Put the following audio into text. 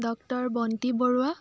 doctor Banti Barua